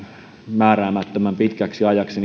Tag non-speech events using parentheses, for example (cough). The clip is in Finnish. määräämättömän pitkäksi ajaksi (unintelligible)